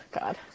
God